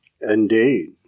Indeed